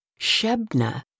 Shebna